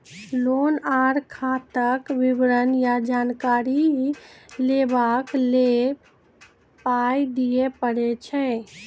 Loan आर खाताक विवरण या जानकारी लेबाक लेल पाय दिये पड़ै छै?